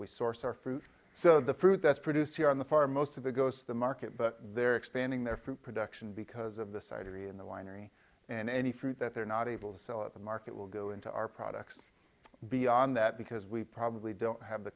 we source our fruit so the fruit that's produced here on the farm most of it goes to the market but they're expanding their fruit production because of the society in the winery and any fruit that they're not able to sell at the market will go into our products beyond that because we probably don't have the